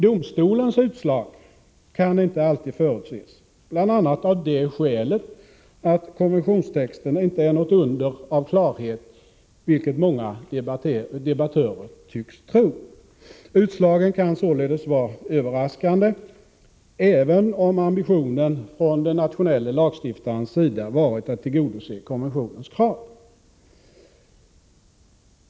Domstolens utslag kan dock inte alltid förutses, bl.a. av det skälet att konventionstexten inte är något under av klarhet, vilket många debattörer tycks tro. Utslagen kan således vara överraskande även om ambitionen från lagstiftarens sida varit att tillgodose konventionens krav.